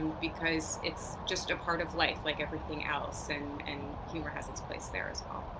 and because it's just a part of like like everything else and and humor has its place there, as well.